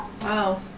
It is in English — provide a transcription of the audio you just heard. Wow